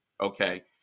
okay